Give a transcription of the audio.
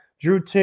Drew